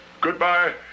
Goodbye